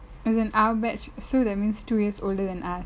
as an our batch so that means two years older than us